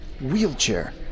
Wheelchair